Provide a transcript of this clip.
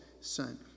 son